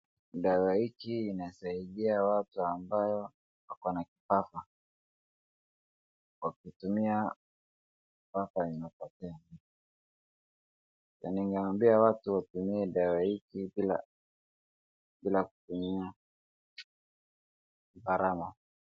Dawa hiki inasaidia watu ambayo wako na kifafa. Wakitumia kifafa inapotea. Ningeambia watu watumie dawa hiki bila, bila kutumia gharama.